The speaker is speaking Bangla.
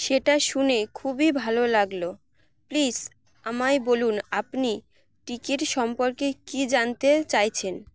সেটা শুনে খুবই ভালো লাগলো প্লিস আমায় বলুন আপনি টিকিট সম্পর্কে কি জানতে চাইছেন